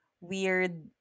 weird